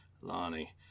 Lonnie